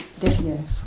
derrière